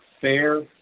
fair